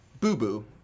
Boo-Boo